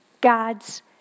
God's